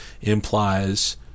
implies